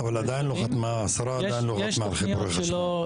אבל עדיין לא חתמה השרה על חיבורי חשמל.